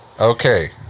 Okay